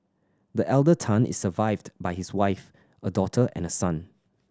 the elder Tan is survived by his wife a daughter and a son